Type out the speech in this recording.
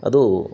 ಅದು